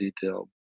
detail